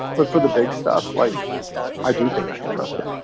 but for the big stuff. like i do think i can trust her.